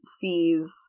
sees